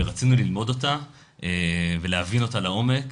ורצינו ללמוד אותה ולהבין אותה לעומק.